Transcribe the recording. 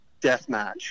deathmatch